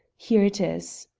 here it is.